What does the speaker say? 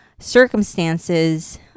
circumstances